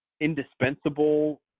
indispensable